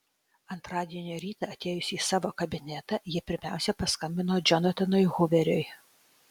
antradienio rytą atėjusi į savo kabinetą ji pirmiausia paskambino džonatanui huveriui